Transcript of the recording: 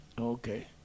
Okay